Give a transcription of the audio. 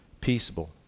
peaceable